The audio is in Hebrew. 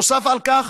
נוסף על כך,